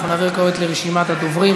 אנחנו נעבור כעת לרשימת הדוברים.